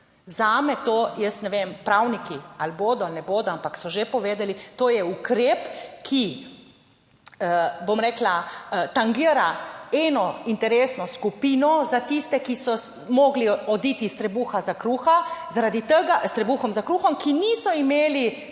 Zame to, jaz ne vem, pravniki ali bodo ali ne bodo, ampak so že povedali, to je ukrep, ki, bom rekla, tangira eno interesno skupino za tiste, ki so morali oditi s trebuha za kruha zaradi tega, s trebuhom za kruhom, ki niso imeli